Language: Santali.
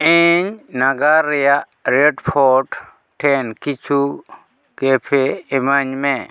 ᱤᱧ ᱱᱟᱜᱟᱨ ᱨᱮᱱᱟᱜ ᱨᱮᱰ ᱯᱷᱳᱨᱴ ᱴᱷᱮᱱ ᱠᱤᱪᱷᱩ ᱠᱮᱯᱷᱮ ᱤᱢᱟᱹᱧ ᱢᱮ